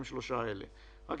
ראשית,